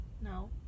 No